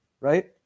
right